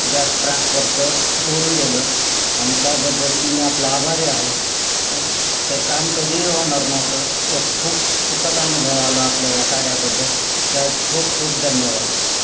gas ट्रान्सफरचं होऊन गेलं आणि त्याबद्दल मी आपला आभारी आहे आणि ते काम कधीही होणार नव्हतं ते खूप सुखद अनुभव आला आपल्या कार्याबद्दल त्या खूप खूप धन्यवाद